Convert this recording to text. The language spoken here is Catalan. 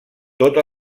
tot